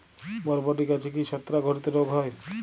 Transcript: বরবটি গাছে কি ছত্রাক ঘটিত রোগ হয়?